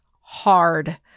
hard